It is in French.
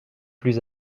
plus